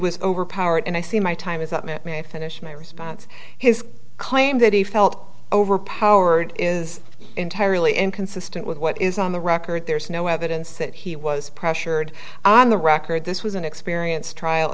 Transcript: was overpowered and i see my time is up it may finish my response his claim that he felt overpowered is entirely inconsistent with what is on the record there is no evidence that he was pressured on the record this was an experience trial